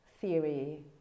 theory